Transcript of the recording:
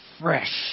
fresh